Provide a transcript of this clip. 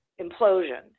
implosion